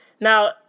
Now